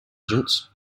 agents